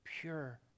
pure